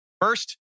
First